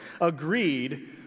agreed